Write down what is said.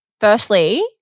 Firstly